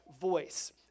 voice